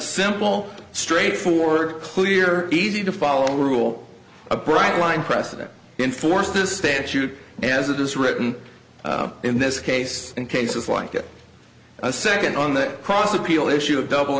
simple straightforward clear easy to follow rule a bright line precedent enforced the statute as a disk written in this case and cases like that a second on that cross appeal issue of double